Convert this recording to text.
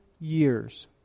years